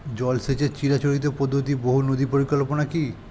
জল সেচের চিরাচরিত পদ্ধতি বহু নদী পরিকল্পনা কি?